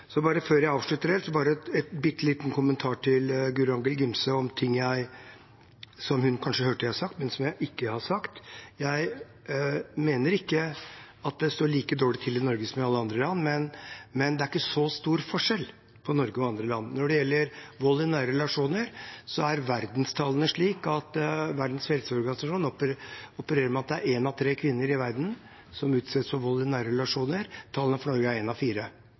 Før jeg avslutter helt, har jeg en bitte liten kommentar til Guro Angell Gimse om ting hun kanskje har hørt jeg har sagt, men som jeg ikke har sagt. Jeg mener ikke at det står like dårlig til i Norge som i alle andre land, men det er ikke så stor forskjell på Norge og andre land. Når det gjelder vold i nære relasjoner, opererer Verdens helseorganisasjon med tall som viser at én av tre kvinner i verden utsettes for vold i nære relasjoner. Tallene for Norge er én av fire.